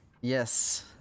Yes